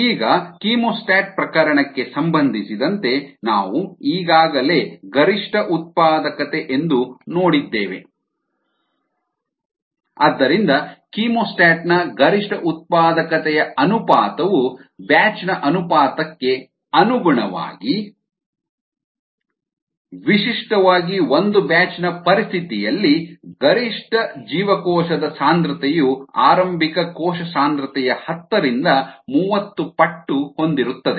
ಈಗ ಕೀಮೋಸ್ಟಾಟ್ ಪ್ರಕರಣಕ್ಕೆ ಸಂಬಂಧಿಸಿದಂತೆ ನಾವು ಈಗಾಗಲೇ ಗರಿಷ್ಠ ಉತ್ಪಾದಕತೆ ಎಂದು ನೋಡಿದ್ದೇವೆ RmmYxSSi ಆದ್ದರಿಂದ ಕೀಮೋಸ್ಟಾಟ್ನ ಗರಿಷ್ಠ ಉತ್ಪಾದಕತೆಯ ಅನುಪಾತವು ಬ್ಯಾಚ್ನ ಅನುಪಾತಕ್ಕೆ ಅನುಗುಣವಾಗಿ RchemostatRbatchmYxSSiSiYxS1mln xmx0 ln xmx0 ವಿಶಿಷ್ಟವಾಗಿ ಒಂದು ಬ್ಯಾಚ್ನ ಪರಿಸ್ಥಿತಿಯಲ್ಲಿ ಗರಿಷ್ಠ ಜೀವಕೋಶದ ಸಾಂದ್ರತೆಯು ಆರಂಭಿಕ ಕೋಶ ಸಾಂದ್ರತೆಯ ಹತ್ತರಿಂದ ಮೂವತ್ತು ಪಟ್ಟು ಹೊಂದಿರುತ್ತದೆ